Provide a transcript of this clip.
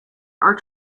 are